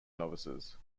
novices